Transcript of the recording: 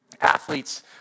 Athletes